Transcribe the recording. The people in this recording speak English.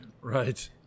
Right